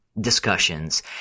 discussions